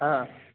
हाँ